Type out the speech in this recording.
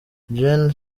gen